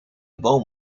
boom